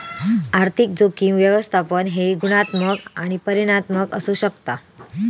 आर्थिक जोखीम व्यवस्थापन हे गुणात्मक आणि परिमाणात्मक असू शकता